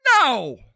No